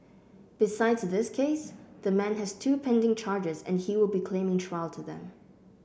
besides this case the man has two pending charges and he will be claiming trial to them